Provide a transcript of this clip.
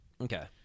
okay